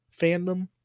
fandom